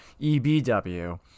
EBW